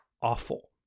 awful